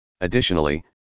Additionally